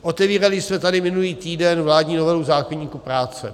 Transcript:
Otevírali jsme tady minulý týden vládní novelu zákoníku práce.